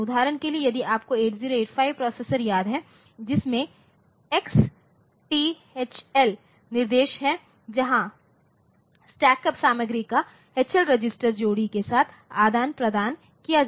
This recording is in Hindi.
उदाहरण के लिए यदि आपको 8085 प्रोसेसर याद है जिसमें XTHL निर्देश है जहां स्टैक्ड अप सामग्री का HLरजिस्टर जोड़ी के साथ आदान प्रदान किया जाता है